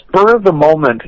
spur-of-the-moment